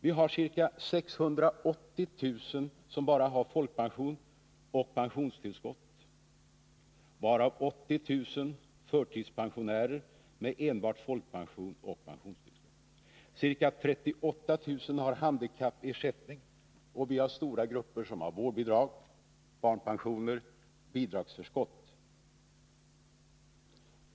Vi har ca 680 000 pensionärer som bara har folkpension och Nr 22 pensionstillskott, av vilka 80 000 är förtidspensionärer med enbart folkpension och pensionstillskott. Ca 38 000 har handikappersättning, och stora grupper har vårdbidrag, barnpensioner och bidragsförskott.